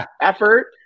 effort